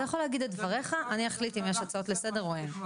אתה מוזמן להגיד את דברייך ואני אחליט אם יש הצעות לסדר או אין.